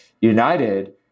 United